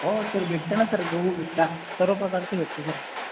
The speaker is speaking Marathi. हो सर भेटता ना सर गहू भेटता सर्व प्रकारचे भेटतील सर